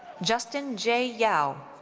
justin j. yao.